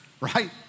right